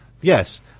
Yes